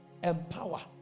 empower